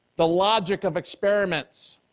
the logic of experiments,